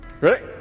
Ready